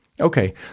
Okay